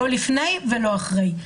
לא לפני ולא אחרי,